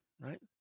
right